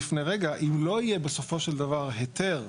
אם לא יהיה בסופו של דבר היתר,